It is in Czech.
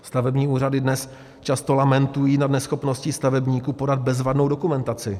Stavební úřady dnes často lamentují nad neschopností stavebníků podat bezvadnou dokumentaci.